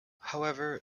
however